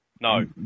No